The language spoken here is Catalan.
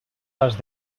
les